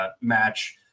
match